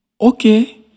Okay